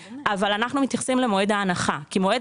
אנחנו מתייחסים למועד ההנחה כי מועד